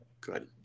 good